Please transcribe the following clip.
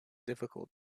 difficult